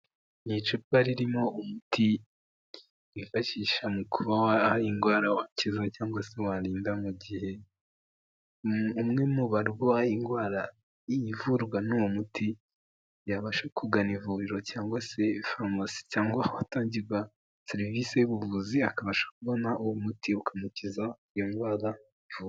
Ni icupa ririmo umuti wifashisha mu indwara wakiza cyangwa se waririnda mu gihe umwe mu barwaye indwara ivurwa n'uwo muti yabasha kugana ivuriro cyangwa se farumasi, cyangwa ahatangirwa serivisi y'ubuvuzi akabasha kubona uwo muti ukamukiza iyo ndwara uvura.